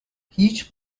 هیچ